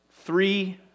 Three